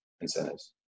incentives